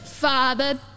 Father